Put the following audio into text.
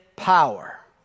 power